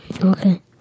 Okay